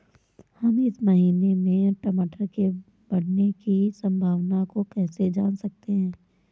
हम इस महीने में टमाटर के बढ़ने की संभावना को कैसे जान सकते हैं?